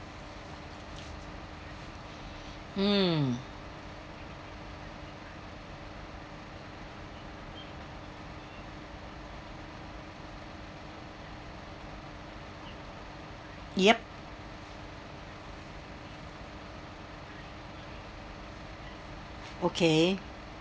mm yup okay